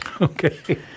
Okay